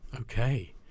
okay